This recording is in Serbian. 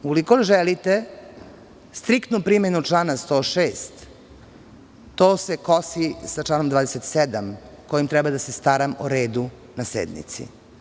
Ukoliko želite striktnu primenu člana 106, to se kosi sa članom 27. kojim treba da se staram o redu na sednici.